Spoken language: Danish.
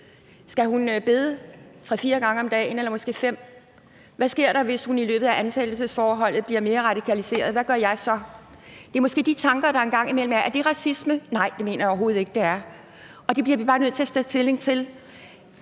Skal hun bede tre-fire gange om dagen eller måske fem? Hvad sker der, hvis hun i løbet af ansættelsesforholdet bliver mere radikaliseret? Hvad gør jeg så? Det er måske de tanker, der en gang imellem er. Er det racisme? Nej, det mener jeg overhovedet ikke det er. Og det bliver vi bare nødt til at tage stilling til.